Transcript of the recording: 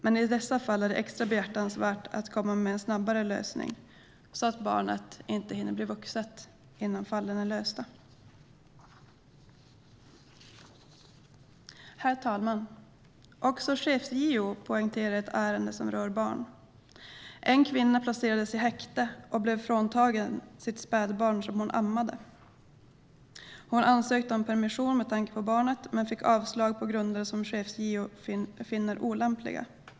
Men i dessa fall är det extra behjärtansvärt att komma med en snabbare lösning så att barnen inte hinner bli vuxna innan fallen är lösta. Herr talman! Också chefs-JO poängterar ett ärende som rör barn. En kvinna placerades i häkte och blev fråntagen sitt spädbarn som hon ammade. Hon ansökte om permission med tanke på barnet men fick avslag på grunder som chefs-JO finner olämpliga.